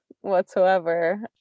whatsoever